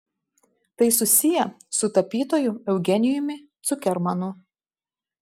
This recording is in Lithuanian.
tai susiję su tapytoju eugenijumi cukermanu